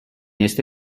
este